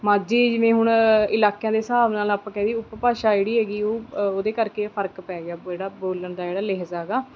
ਮਾਝੀ ਜਿਵੇਂ ਹੁਣ ਇਲਾਕਿਆਂ ਦੇ ਹਿਸਾਬ ਨਾਲ ਆਪਾਂ ਕਹਿ ਦਈਏ ਉਪਭਾਸ਼ਾ ਜਿਹੜੀ ਹੈਗੀ ਉਹ ਉਹਦੇ ਕਰਕੇ ਫਰਕ ਪੈ ਗਿਆ ਜਿਹੜਾ ਬੋਲਣ ਦਾ ਜਿਹੜਾ ਲਹਿਜ਼ਾ ਹੈਗਾ